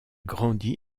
grandi